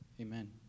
Amen